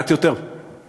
מעט יותר מ-40%,